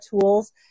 tools